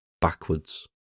backwards